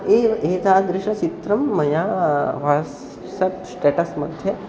एव एतादृशचित्रं मया वाट्सप् स्टेटस् मध्ये